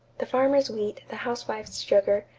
the farmer's wheat, the housewife's sugar,